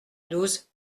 douze